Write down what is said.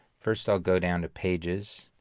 first i'll go down to pages,